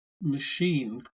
machine